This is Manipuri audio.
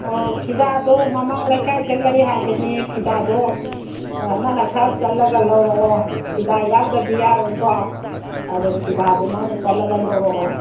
ꯑꯣ ꯐꯤꯗꯥꯗꯣ ꯃꯃꯥꯡ ꯂꯩꯀꯥꯏꯗ ꯂꯩ ꯍꯥꯏꯕꯅꯦ ꯐꯤꯗꯥꯗꯣ ꯑꯣ ꯅꯪꯅ ꯈꯔ ꯆꯠꯂꯒ ꯂꯧꯔꯛꯑꯣ ꯐꯤꯗꯥ ꯌꯥꯎꯗ꯭ꯔꯗꯤ ꯌꯥꯔꯣꯏꯀꯣ ꯑꯗꯣ ꯐꯤꯗꯥꯗꯣ ꯅꯪꯅ ꯆꯠꯂꯒ ꯂꯧꯔꯛꯑꯣ